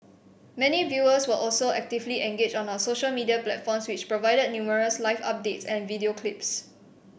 many viewers were also actively engaged on our social media platforms which provided numerous live updates and video clips